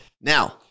Now